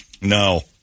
No